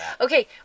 Okay